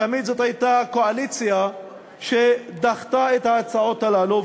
זאת הייתה קואליציה שדחתה את ההצעות שלנו,